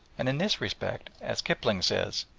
and in this respect, as kipling says,